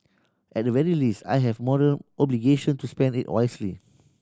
at the very least I have moral obligation to spend it wisely